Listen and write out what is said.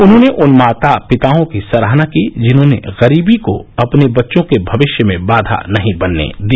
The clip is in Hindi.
उन्होंने उन माता पिताओं की सराहना की जिन्होंने गरीबी को अपने बच्चों के भविष्य में बाधा नहीं बनने दिया